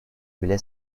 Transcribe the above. bile